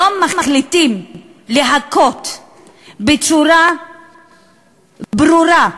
היום מחליטים להכות בצורה ברורה,